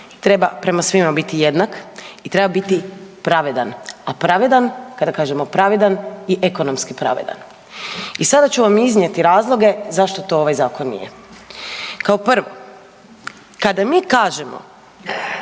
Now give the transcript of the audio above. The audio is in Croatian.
treba prema svima biti jednak i treba biti pravedan. A pravedan, kada kažemo pravedan i ekonomski pravedan. I sada ću vam iznijeti razloge zašto to ovaj zakon nije. Kao prvo kada mi kažemo